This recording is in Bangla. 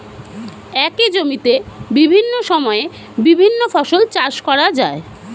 একই জমিতে বিভিন্ন সময়ে বিভিন্ন ফসল চাষ করা যায়